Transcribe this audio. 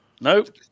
Nope